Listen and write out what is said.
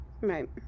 right